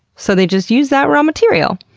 so they just use that raw material.